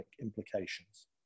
implications